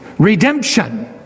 Redemption